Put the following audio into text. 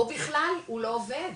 או בכלל הוא לא עובד,